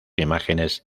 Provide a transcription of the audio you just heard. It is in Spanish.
imágenes